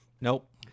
Nope